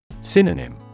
Synonym